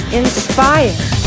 inspired